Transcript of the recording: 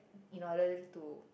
in order to